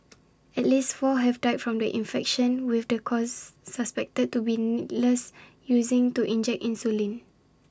at least four have died from the infection with the cause suspected to be needles using to inject insulin